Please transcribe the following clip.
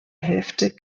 hälfte